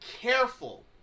careful